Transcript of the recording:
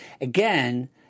again